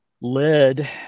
led